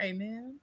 Amen